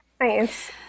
nice